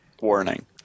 warning